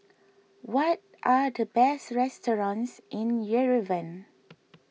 what are the best restaurants in Yerevan